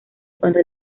cuando